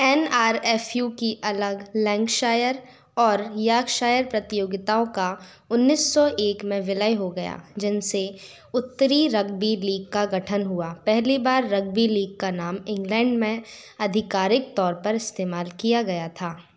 N R F U की अलग Lancashire और यॉर्कशायर प्रतियोगिताओं का उन्नीस सौ एक में विलय हो गया जिनसे उत्तरी रग्बी लीग का गठन हुआ पहली बार रग्बी लीग का नाम इंग्लैंड में आधिकारिक तौर पर इस्तेमाल किया गया था